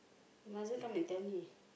might as well come and tell me